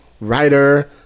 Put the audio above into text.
writer